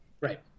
right